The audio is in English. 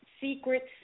secrets